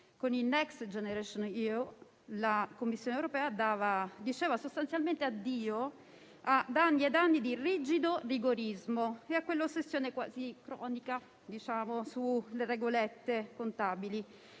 Con il Next Generation EU la Commissione europea diceva sostanzialmente addio ad anni ed anni di rigido rigorismo e a quell'ossessione quasi cronica sulle regolette contabili.